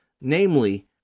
Namely